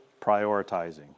prioritizing